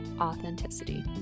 authenticity